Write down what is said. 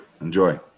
Enjoy